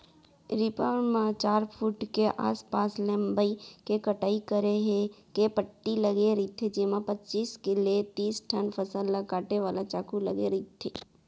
reaper म चार foot के आसपास लंबई के कटई करे के पट्टी लगे रहिथे जेमा पचीस ले तिस ठन फसल ल काटे वाला चाकू लगे रहिथे